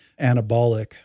anabolic